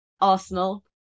Arsenal